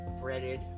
breaded